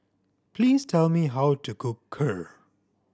please tell me how to cook Kheer